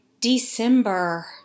December